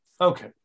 Okay